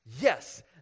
yes